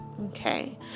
okay